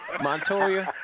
Montoya